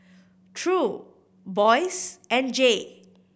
True Boyce and Jay